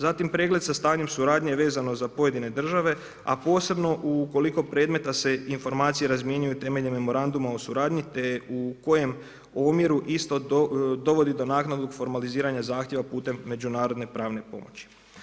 Zatim pregled sa stanjem suradnje, vezano za pojedine države, a posebno u koliko predmeta se informacije razmjenjuju temeljem memoranduma u suradnji, te u kojem omjeru isto dovodi do naknada formaliziranja zahtjeva putem međunarodne pravne pomoći.